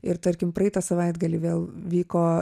ir tarkim praeitą savaitgalį vėl vyko